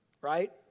Right